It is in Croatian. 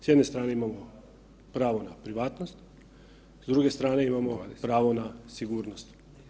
S jedne strane imamo pravo na privatnost, s druge stane imamo pravo na sigurnost.